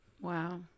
Wow